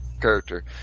character